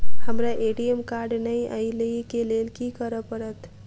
हमरा ATM card नै अई लई केँ लेल की करऽ पड़त?